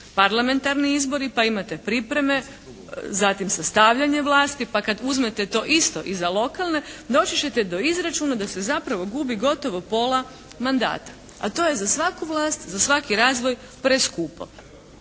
parlamentarni izbori pa imate pripreme, zatim sastavljanje vlasti, pa kad uzmete to isto i za lokalne doći ćete do izračuna da se zapravo gubi gotovo pola mandata a to je za svaku vlast, za svaki razvoj preskupo.